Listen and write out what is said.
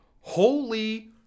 holy